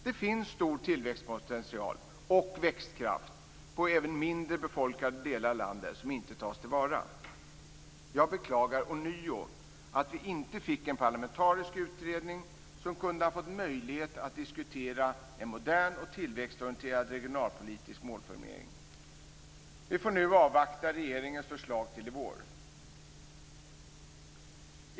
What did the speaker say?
Det finns stor tillväxtpotential och växtkraft som inte tas till vara i även mindre befolkade delar av landet. Jag beklagar ånyo att vi inte fick en parlamentarisk utredning som kunde ha fått möjlighet att diskutera en modern och tillväxtorienterad regionalpolitisk målformulering. Vi får nu avvakta regeringens förslag till i vår.